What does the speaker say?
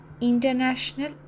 International